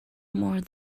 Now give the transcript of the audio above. more